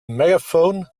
megaphone